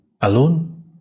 Alone